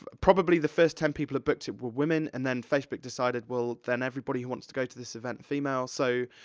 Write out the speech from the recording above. ah probably the first ten people that booked it where women, and then facebook decided, well, then everybody who wants to go to this event are female, so,